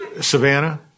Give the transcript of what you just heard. Savannah